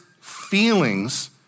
feelings